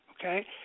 Okay